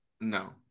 No